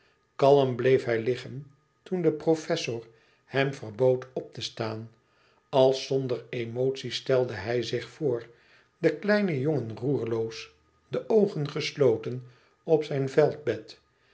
kalm bleef hij liggen toen de professor hem verbood op te staan als zonder emotie stelde hij zich voor den kleinen jongen roerloos de oogen gesloten op zijn veldbed